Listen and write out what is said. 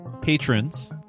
patrons